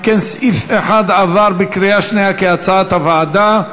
אם כן, סעיף 1 עבר בקריאה שנייה כהצעת הוועדה.